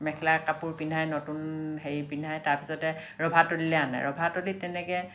মেখেলা কাপোৰ পিন্ধাই নতুন হেৰি পিন্ধাই তাৰ পিছতে ৰভা তলিলে আনে ৰভা তলিত তেনেকৈ